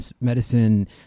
medicine